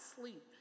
sleep